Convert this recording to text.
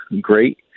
Great